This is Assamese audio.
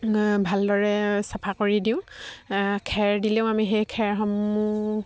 ভালদৰে চাফা কৰি দিওঁ খেৰ দিলেও আমি সেই খেৰসমূহ